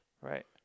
Right